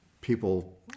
people